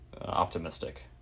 Optimistic